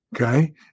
Okay